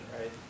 right